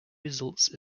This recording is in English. results